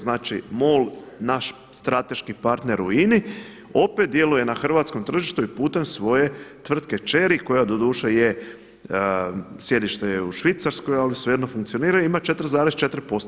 Znači MOL, naš strateški partner u INA-i, opet djeluje na hrvatskom tržištu i putem svoje tvrtke kćeri, koja doduše je, sjedište je u Švicarskoj ali svejedno funkcioniraju i ima 4,4%